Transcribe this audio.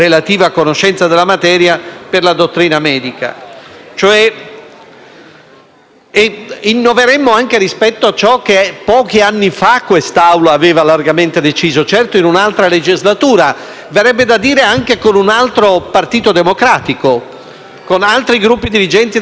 Innoveremmo anche rispetto a ciò che pochi anni fa questa Assemblea aveva largamente deciso, certo in un'altra legislatura, verrebbe dire anche con un altro Partito Democratico, con altri gruppi dirigenti di quel partito. Torno sempre su quel punto, che